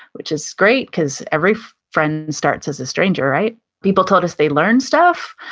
which is great, cause every friend starts as a stranger, right? people told us they learned stuff.